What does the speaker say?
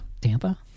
Tampa